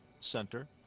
Center